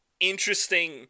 interesting